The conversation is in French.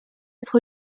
être